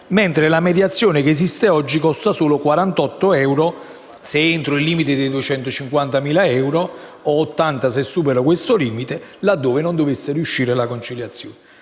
mentre la mediazione che esiste oggi costa solo 48 euro, se entro il limite di 250.000 euro, o 80 se supera tale limite, laddove non dovesse riuscire la conciliazione.